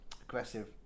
aggressive